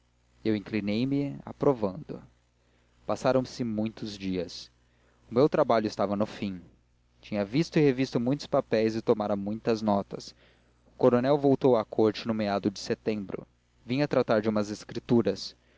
eu inclinei-me aprovando passaram-se muitos dias o meu trabalho estava no fim tinha visto e revisto muitos papéis e tomara muitas notas o coronel voltou à corte no meado de setembro vinha tratar de umas escrituras